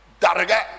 darga